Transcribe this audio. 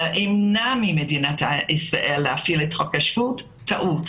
ימנע ממדינת ישראל להפעיל את חוק השבות הוא שגוי.